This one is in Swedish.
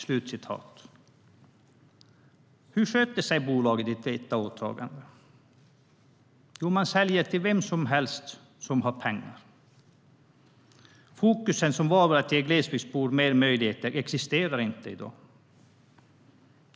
"Hur sköter bolaget detta åtagande? Jo, man säljer till vem som helst som har pengar. Något fokus på att ge glesbygdsbor mer möjligheter existerar inte i dag.